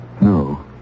No